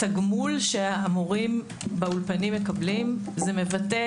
התגמול שהמורים באולפנים מקבלים מבטא